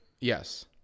yes